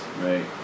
right